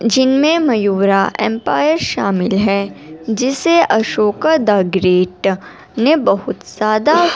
جن میں میورا ایمپائر شامل ہے جسے اشوکہ دا گریٹ نے بہت زیادہ